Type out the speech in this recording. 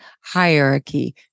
hierarchy